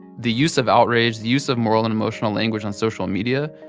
the use of outrage, the use of moral and emotional language on social media,